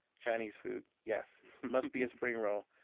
chinese food, yes. must be a spring roll.